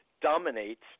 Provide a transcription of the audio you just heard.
dominates